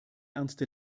ernste